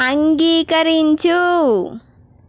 అంగీకరించు